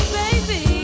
baby